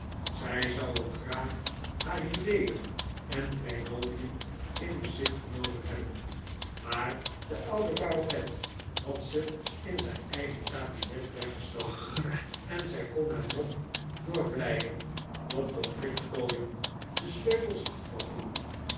zij zou ook graag haar juweelen en kleinoodien in bezit genomen hebben maar de oude baronet had ze in zijn eigen kabinet weggesloten en zij kon hem noch door vleien noch door flikflooien de sleutels aftroggelcn